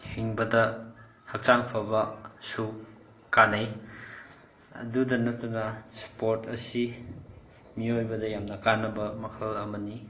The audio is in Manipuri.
ꯍꯤꯡꯕꯗ ꯍꯛꯆꯥꯡ ꯐꯕꯁꯨ ꯀꯥꯟꯅꯩ ꯑꯗꯨꯗ ꯅꯠꯇꯅ ꯁ꯭ꯄꯣꯔꯠ ꯑꯁꯤ ꯃꯤꯑꯣꯏꯕꯗ ꯌꯥꯝꯅ ꯀꯥꯟꯅꯕ ꯃꯈꯜ ꯑꯃꯅꯤ